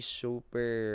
super